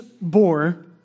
bore